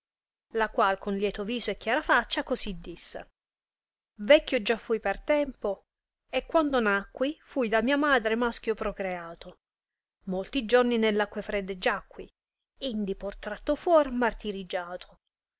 la qual con lieto viso e chiara faccia cosi disse vecchio già fui per tempo e quando nacqui fui da mia madre maschio procreato molti giorni nell acque fredde giacqui indi poi tratto fuor martiriggiato